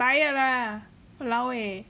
tired lah !walao! eh